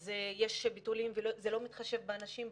אז יש ביטולים וזה לא מתחשב באנשים,